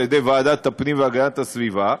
בוועדת הפנים והגנת הסביבה,